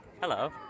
Hello